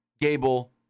Gable